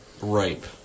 ripe